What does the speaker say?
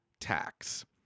Tax